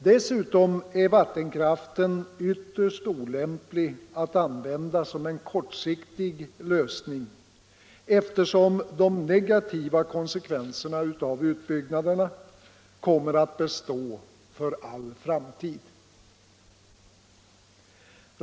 Dessutom är vattenkraften ytterst olämp lig att använda som en kortsiktig lösning, eftersom de negativa konsekvenserna av utbyggnaderna kommer att bestå för all framtid.